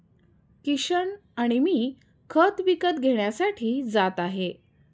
किशन आणि मी खत विकत घेण्यासाठी जात आहे